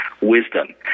wisdom